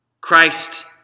Christ